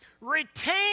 Retain